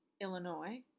Illinois